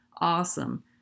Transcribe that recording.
Awesome